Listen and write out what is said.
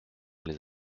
les